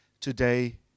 today